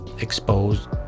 exposed